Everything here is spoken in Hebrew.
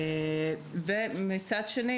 מצד אחר,